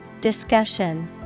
Discussion